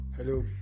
hello